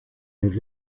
los